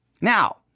Now